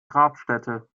grabstätte